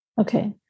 Okay